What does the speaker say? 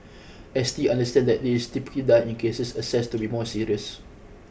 S T understand that this typically done in cases assessed to be more serious